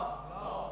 לא.